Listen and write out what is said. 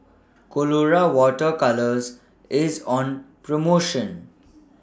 Colora Water Colours IS on promotion